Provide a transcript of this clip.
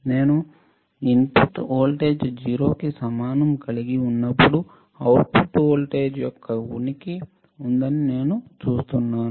నేను input voltage 0 కి సమానం కలిగి ఉన్నప్పుడు అవుట్పుట్ వోల్టేజ్ యొక్క ఉనికి ఉందని నేను చూస్తున్నాను